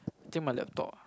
still my laptop